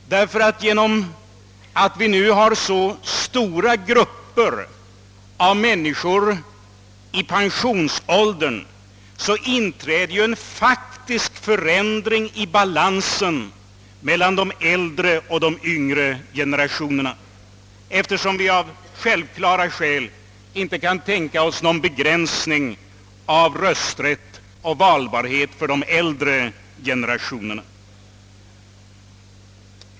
Genom att så stora grupper av människor nu befinner sig i pensionsåldern inträder faktiskt en förändring i balansen mellan de äldre och de yngre generationerna, eftersom vi av uppenbara skäl inte kan tänka oss någon begränsning av rösträtt och valbarhet för den äldre generationen.